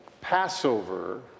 Passover